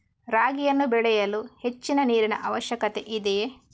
ರಾಗಿಯನ್ನು ಬೆಳೆಯಲು ಹೆಚ್ಚಿನ ನೀರಿನ ಅವಶ್ಯಕತೆ ಇದೆಯೇ?